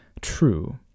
true